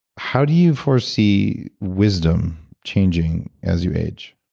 how do you foresee wisdom changing as you age?